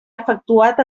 efectuat